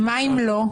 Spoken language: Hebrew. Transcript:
ומה אם לא?